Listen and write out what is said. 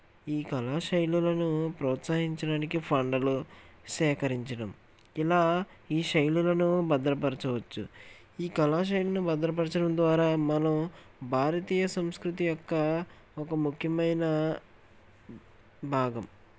ఈ కళాశైలులను ప్రోత్సహించడానికి ఫండులు సేకరించడం ఇలా ఈ శైలులను భద్రపరచవచ్చు ఈ కళాశైలులను భద్రపరచడం ద్వారా మనం భారతీయ సంస్కృతి యొక్క ఒక ముఖ్యమైన భాగం